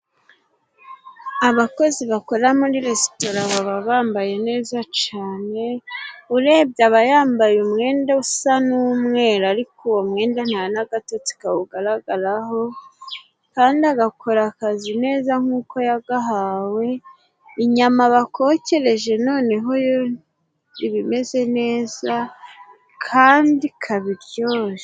Abakozi bakora muri resitora baba bambaye neza cane! Urebye aba yambaye umwenda usa n'umweru ariko uwo mwenda nta n'agatotsi kawugaragara ho, kandi agakora akazi neza nkuko yagahawe, inyama bakokereje noneho yo iba imeze neza kandi ikaba iryoshe.